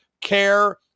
care